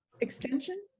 extension